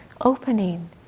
opening